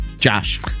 Josh